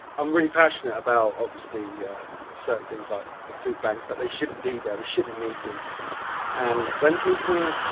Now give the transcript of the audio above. i'm really passionate about obviously certain things like the food banks that they shouldn't be there, we shouldn't need them and when people,